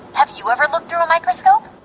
have you ever looked through a microscope?